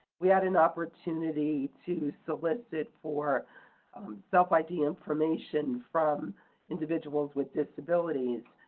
we had an opportunity to solicit for self id information from individuals with disabilities.